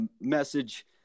message